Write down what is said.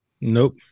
Nope